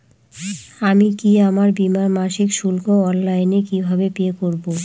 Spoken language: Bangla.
আমি কি আমার বীমার মাসিক শুল্ক অনলাইনে কিভাবে পে করব?